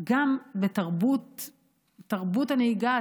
גם בתרבות הנהיגה,